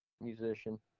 musician